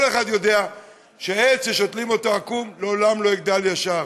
כל אחד יודע שעץ ששותלים אותו עקום לעולם לא יגדל ישר.